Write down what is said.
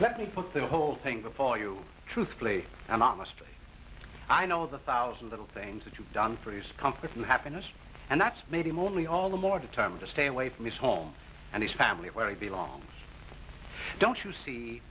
let me put the whole thing before you truthfully and honestly i know the thousand little things that you've done for his comfort and happiness and that's made him only all the more determined to stay away from his home and his family where he belongs don't you see